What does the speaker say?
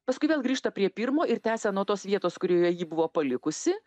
paskui vėl grįžta prie pirmo ir tęsia nuo tos vietos kurioje jį buvo palikusi